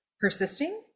persisting